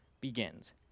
begins